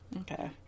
Okay